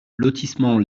lotissement